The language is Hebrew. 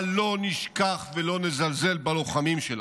אבל לא נשכח, ולא נזלזל בלוחמים שלנו.